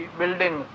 building